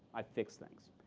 i fix things.